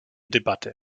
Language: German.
debatte